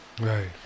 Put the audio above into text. Right